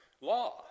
law